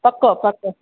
पको पको